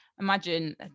imagine